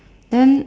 then